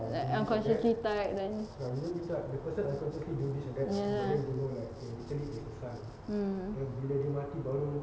unconsciously type then ya mm